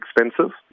expensive